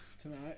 tonight